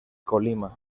colima